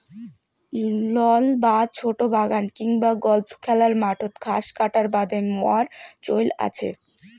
loan বা ছোট বাগান কিংবা গল্ফ খেলার মাঠত ঘাস কাটার বাদে মোয়ার চইল আচে